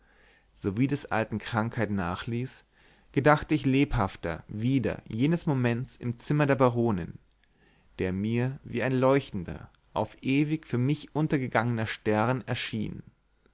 sowie des alten krankheit nachließ gedachte ich lebhafter wieder jenes moments im zimmer der baronin der mir wie ein leuchtender auf ewig für mich untergegangener stern erschien